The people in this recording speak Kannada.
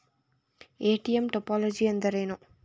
ಎ.ಟಿ.ಎಂ ಟೋಪೋಲಜಿ ಎಂದರೇನು?